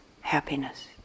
happiness